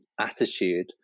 attitude